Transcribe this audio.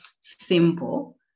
simple